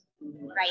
right